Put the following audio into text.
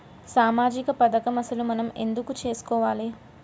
సామాజిక పథకం అసలు మనం ఎందుకు చేస్కోవాలే?